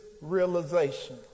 realization